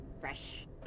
fresh